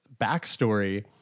backstory –